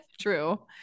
True